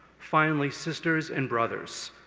finally sisters and brothers,